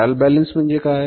trial balance म्हणजे काय